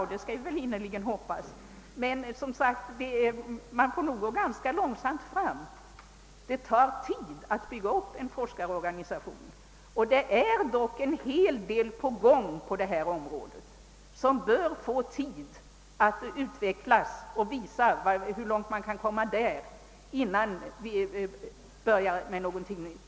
Och vi skall naturligtvis innerligt hoppas att forskningen på området utvidgas. Men vi får gå ganska långsamt fram — det tar tid att bygga upp en forskarorganisation och det är dock en hel del på gång inom området som bör få tid att utvecklas. Först när vi sett hur långt det går att komma därvidlag bör vi börja med något nytt.